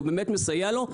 הוא באמת מסייע לו,